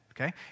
Okay